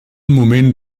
moment